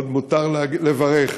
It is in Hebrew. עוד מותר לברך.